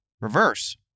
reverse